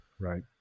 Right